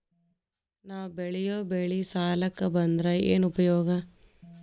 ನಾವ್ ಬೆಳೆಯೊ ಬೆಳಿ ಸಾಲಕ ಬಂದ್ರ ಏನ್ ಉಪಯೋಗ?